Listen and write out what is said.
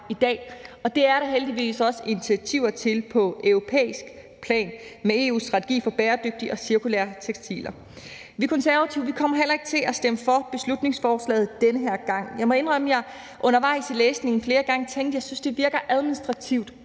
i dag, og det er der heldigvis også initiativer til på europæisk plan med EU's strategi for bæredygtige og cirkulære tekstiler. Vi Konservative kommer heller ikke til at stemme for beslutningsforslaget den her gang. Jeg må indrømme, at jeg undervejs i læsningen flere gange tænkte: Jeg synes, det virker administrativt